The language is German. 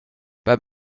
beim